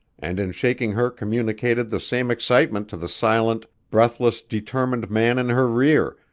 and in shaking her communicated the same excitement to the silent, breathless, determined man in her rear,